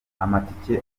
amatike